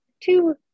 two